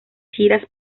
giras